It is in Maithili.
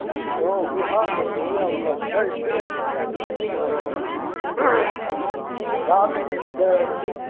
हॅं बिहारमे तऽ घुमै बला छै से हॅं राजगीर छै